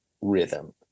rhythm